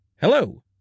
Hello